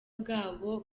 bw’abo